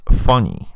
funny